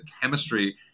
chemistry